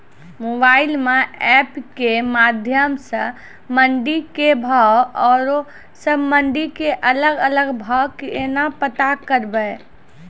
Mobile म app के माध्यम सऽ मंडी के भाव औरो सब मंडी के अलग अलग भाव केना पता करबै?